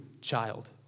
child